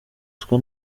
twe